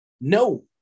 No